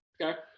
okay